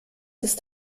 ist